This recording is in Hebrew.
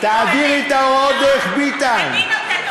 תעבירי את ההוראות דרך ביטן.